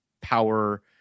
power